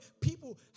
people